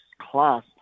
class